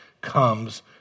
comes